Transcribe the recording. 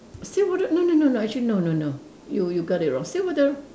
see whether no no no no actually no no no you you got it wrong see whether